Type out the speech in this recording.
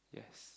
yes